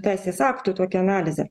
teisės aktų tokią analizę